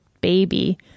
baby